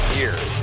years